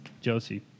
Josie